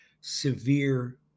severe